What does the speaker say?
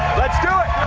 let's do it.